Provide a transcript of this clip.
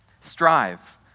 strive